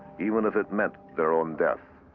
even if it meant their own death.